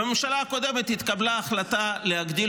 בממשלה הקודמת התקבלה החלטה להגדיל